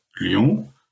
Lyon